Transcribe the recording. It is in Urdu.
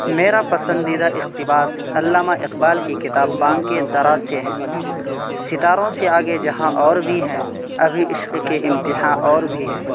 میرا پسندیدہ اقتباس علامہ اقبال کی کتاب بانگِ درا سے ہے ستاروں سے آگے جہاں اور بھی ہیں ابھی عشق کے امتحاں اور بھی ہیں